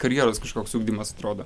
karjeros kažkoks ugdymas atrodo